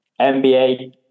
NBA